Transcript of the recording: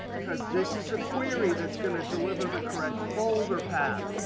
because this is a query that's going to deliver the correct folder path.